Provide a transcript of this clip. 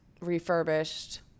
refurbished